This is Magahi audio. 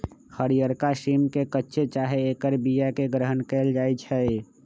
हरियरका सिम के कच्चे चाहे ऐकर बियाके ग्रहण कएल जाइ छइ